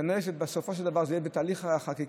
כנראה בסופו של דבר זה יהיה בתהליך החקיקה.